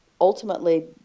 ultimately